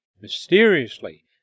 mysteriously